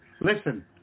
listen